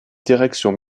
directions